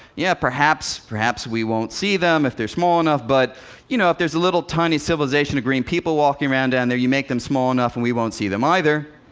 yeah, perhaps perhaps we won't see them, if they're small enough. but you know if there's a little tiny civilization of green people walking around down there, and you make them small enough, and we won't see them either.